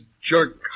jerk